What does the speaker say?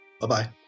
Bye-bye